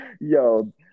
Yo